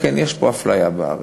כן, יש פה אפליה בארץ.